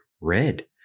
red